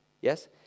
yes